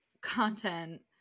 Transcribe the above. content